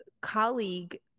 colleague